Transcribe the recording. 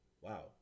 wow